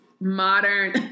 Modern